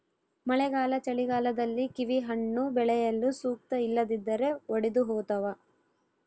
ಮಳೆಗಾಲ ಚಳಿಗಾಲದಲ್ಲಿ ಕಿವಿಹಣ್ಣು ಬೆಳೆಯಲು ಸೂಕ್ತ ಇಲ್ಲದಿದ್ದರೆ ಒಡೆದುಹೋತವ